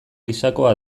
gisakoa